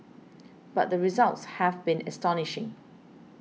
but the results have been astonishing